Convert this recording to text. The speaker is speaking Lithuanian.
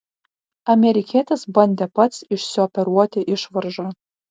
amerikietis bandė pats išsioperuoti išvaržą